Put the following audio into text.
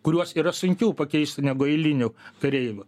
kuriuos yra sunkiau pakeisti negu eilinių kareivių